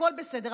הכול בסדר.